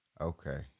Okay